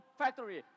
factory